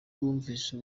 bumvise